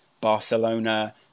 Barcelona